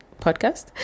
podcast